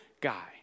guy